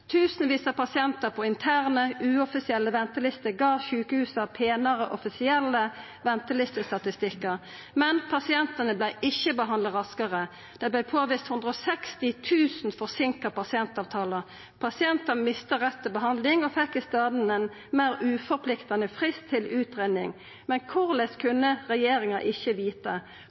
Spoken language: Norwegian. pasientar på interne, uoffisielle ventelister gav sjukehusa penare offisielle ventelistestatistikkar, men pasientane vart ikkje behandla raskare. Det vart påvist 160 000 forseinka pasientavtalar. Pasientar mista rett til behandling og fekk i staden ei meir uforpliktande frist til utgreiing. Men korleis kunne regjeringa ikkje vita?